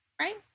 right